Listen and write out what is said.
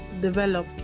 develop